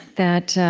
that